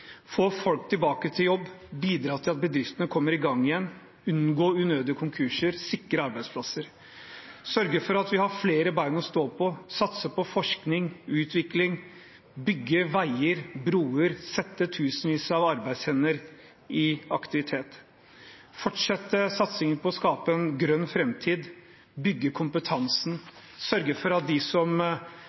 Få folk tilbake til jobb, bidra til at bedriftene kommer i gang igjen, unngå unødige konkurser, sikre arbeidsplasser, sørge for at vi har flere ben å stå på, satse på forskning og utvikling, bygge veier og broer, sette tusenvis av arbeidshender i aktivitet, fortsette satsingen på å skape en grønn framtid, bygge kompetanse, sørge for at de som